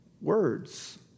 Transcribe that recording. words